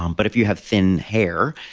um but if you have thin hair,